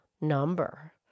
number